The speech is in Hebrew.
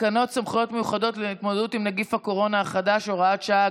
תקנות סמכויות מיוחדות להתמודדות עם נגיף הקורונה החדש (הוראת שעה)